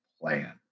plan